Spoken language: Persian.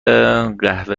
قهوه